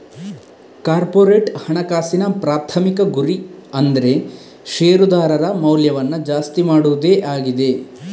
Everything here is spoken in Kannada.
ಕಾರ್ಪೊರೇಟ್ ಹಣಕಾಸಿನ ಪ್ರಾಥಮಿಕ ಗುರಿ ಅಂದ್ರೆ ಶೇರುದಾರರ ಮೌಲ್ಯವನ್ನ ಜಾಸ್ತಿ ಮಾಡುದೇ ಆಗಿದೆ